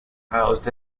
housed